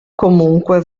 comunque